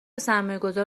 سرمایهگذار